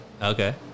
Okay